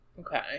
Okay